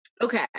Okay